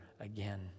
again